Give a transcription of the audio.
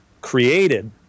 created